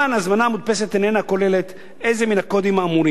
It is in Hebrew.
ההזמנה המודפסת איננה כוללת איזה מן הקודים האמורים,